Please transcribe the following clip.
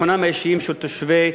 ביטחונם האישי של תושבי